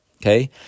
Okay